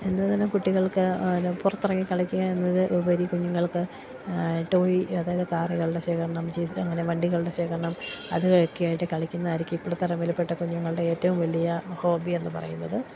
എന്ത് തന്നെ കുട്ടികൾക്ക് പുറത്തിറങ്ങി കളിക്കുക എന്നതിന് ഉപരി കുഞ്ഞുങ്ങൾക്ക് ടോയ് അതായത് കാറുകളുടെ ശേഖരണം ചീസ് അങ്ങനെ വണ്ടികളുടെ ശേഖരണം അതൊക്കെ ആയിട്ട് കളിക്കുന്നതായിരിക്കും ഇപ്പോഴത്തെ തലമുറയിൽപ്പെട്ട കുഞ്ഞുങ്ങളുടെ ഏറ്റവും വലിയ ഹോബി എന്ന് പറയുന്നത്